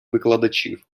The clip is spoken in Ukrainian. викладачів